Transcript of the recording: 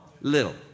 little